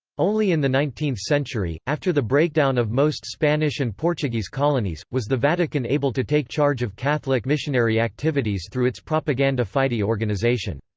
only in the nineteenth century, after the breakdown of most spanish and portuguese colonies, was the vatican able to take charge of catholic missionary activities through its propaganda fide organization.